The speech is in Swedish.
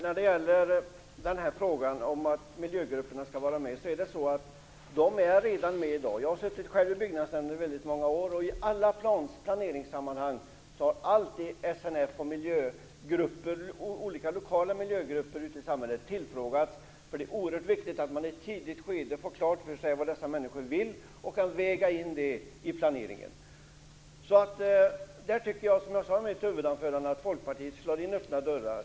Fru talman! Miljögrupperna är redan med och samråder. Jag har själv suttit i Byggnadsnämnden i väldigt många år, och i alla planeringssammanhang har alltid SNF och olika lokala miljögrupper i samhället tillfrågats. Det är oerhört viktigt att man i ett tidigt skede får klart för sig vad dessa människor vill så att man kan väga in detta i planeringen. Som jag sade i mitt huvudanförande tycker jag att Folkpartiet i det avseendet slår in öppna dörrar.